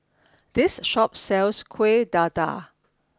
this shop sells Kuih Dadar